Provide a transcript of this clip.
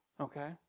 Okay